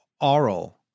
aural